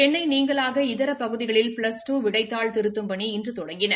சென்னை நீங்கலாக இதர பகுதிகளில் ப்ளஸ் டூ விடைத்தாள் திருத்தும் பணிகள் இன்று தொடங்கின